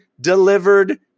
delivered